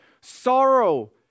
sorrow